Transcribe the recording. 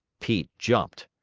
pete jumped.